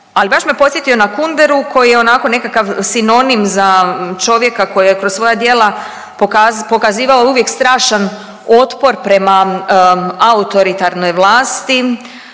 Ali baš me podsjetio na Kunderu koji je onako nekakav sinonim za čovjeka koji je kroz svoja djela pokazivao uvijek strašan otpor prema autoritarnoj vlasti,